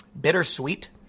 bittersweet